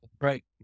Right